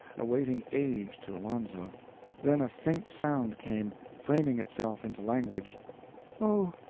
a waiting age to alonzo then a faint sound came, framing itself into language oh,